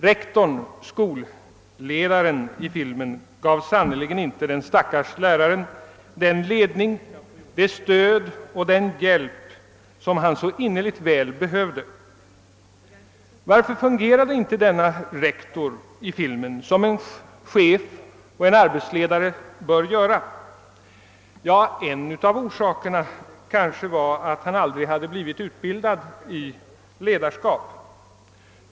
Rektorn — skolledaren — i filmen gav sannerligen inte den stackars läraren den ledning, det stöd och den hjälp som han så innerligt väl behövde. Varför fungerade inte denna rektor i filmen som en chef och en arbetsledare bör göra? Ja, en av orsakerna kanske var att han aldrig hade blivit utbildad i ledarskap.